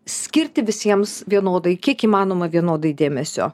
skirti visiems vienodai kiek įmanoma vienodai dėmesio